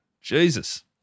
Jesus